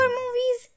movies